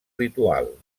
ritual